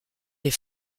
des